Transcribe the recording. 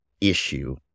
issue